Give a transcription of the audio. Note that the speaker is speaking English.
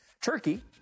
Turkey